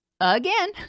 again